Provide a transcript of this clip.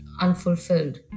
unfulfilled